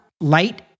Light